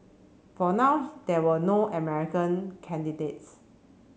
for now there were no American candidates